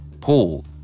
Paul